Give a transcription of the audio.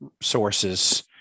sources